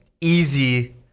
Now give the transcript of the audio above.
easy